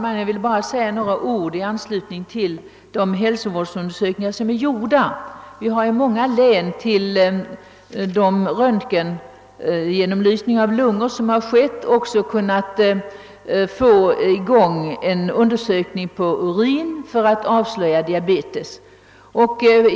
Herr talman! I många län har man i anslutning till de lunggenomlysningar som görs kunnat få i gång en undersökning av urinprov för att avslöja diabetes.